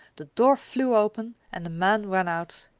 the door flew open, and the man ran out.